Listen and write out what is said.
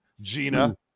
Gina